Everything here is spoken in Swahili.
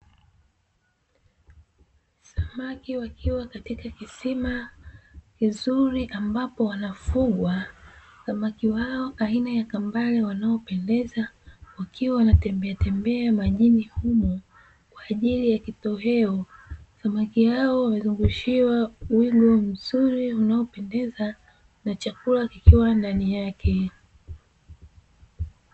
Samaki wakiwa katika kisima kizuri ambapo wanafugwa samaki hao aina ya kambale, wanaopendeza wakiwa wanatembeatembea majini humo kwa ajili ya kitoweo. Samaki hao wamezungushiwa wigo mzuri unaopendeza na chakula kikiwa ndani yake.